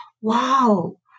wow